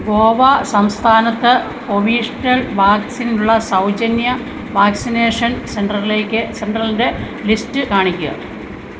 ഗോവ സംസ്ഥാനത്ത് കോവിഷീൽഡ് വാക്സിനിനുള്ള സൗജന്യ വാക്സിനേഷൻ സെൻറ്ററിലേക്ക് സെൻറ്ററിൻ്റെ ലിസ്റ്റ് കാണിക്കുക